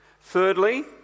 Thirdly